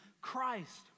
Christ